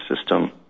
system